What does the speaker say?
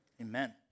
Amen